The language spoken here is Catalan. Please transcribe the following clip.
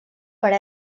per